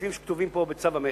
מהסעיפים שכתובים פה בצו המכס.